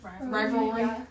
Rivalry